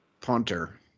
Punter